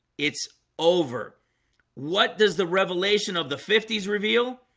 it's over what does the revelation of the fifty s reveal?